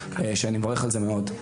שאני מברך על זה מאוד.